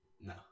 No